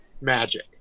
magic